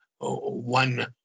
one